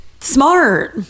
smart